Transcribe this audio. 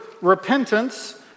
repentance